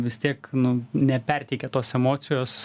vis tiek nu neperteikia tos emocijos